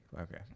Okay